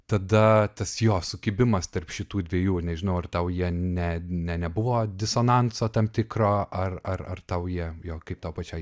tada tas jo sukibimas tarp šitų dviejų nežinau ar tau jie ne ne nebuvo disonanso tam tikro ar ar ar tau jie jo kaip tau pačiai